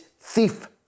thief